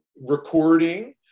recording